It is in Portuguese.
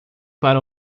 para